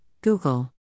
Google